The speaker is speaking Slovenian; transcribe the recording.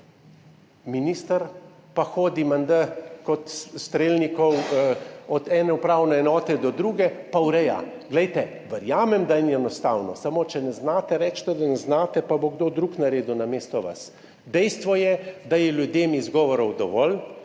minister pa hodi menda kot Strelnikov od ene upravne enote do druge pa ureja. Glejte, verjamem, da ni enostavno, vendar če ne znate, recite, da ne znate, bo pa kdo drug naredil namesto vas. Dejstvo je, da je ljudem izgovorov dovolj,